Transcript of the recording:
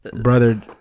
brother